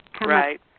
Right